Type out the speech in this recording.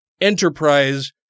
enterprise